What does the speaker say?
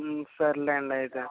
సర్లేండి అయితే